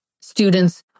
students